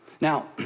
Now